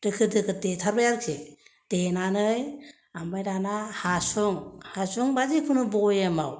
दोखो दोखो देथारबाय आरोखि देनानै ओमफाय दाना हासुं हासुं एबा जिखुनु बयामाव